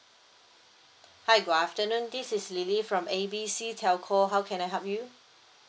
hi good afternoon this is lily from A B C telco how can I help you